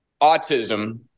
autism